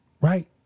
Right